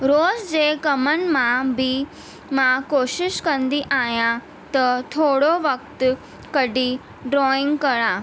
रोज़ जे कमनि मां बि मां कोशिशि कंदी आहियां त थोरो वक़्तु कढी ड्रॉइंग कयां